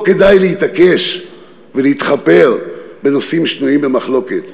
לא כדאי להתעקש ולהתחפר בנושאים שנויים במחלוקת,